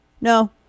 no